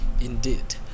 Indeed